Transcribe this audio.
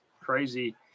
crazy